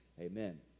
Amen